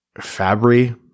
fabry